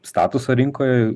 statusą rinkoj